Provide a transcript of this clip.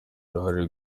uruhare